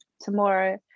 tomorrow